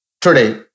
Today